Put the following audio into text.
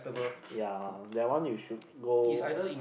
ya that one you should go